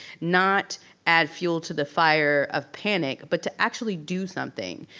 not add fuel to the fire of panic but to actually do something.